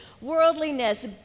worldliness